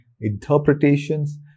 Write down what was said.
interpretations